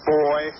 boy